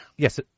yes